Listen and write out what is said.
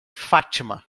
fátima